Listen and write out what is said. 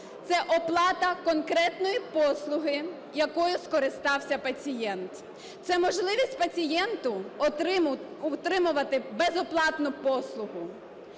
це оплата конкретної послуги, якою скористався пацієнт, це можливість пацієнту отримувати безоплатну послугу.